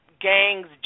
gangs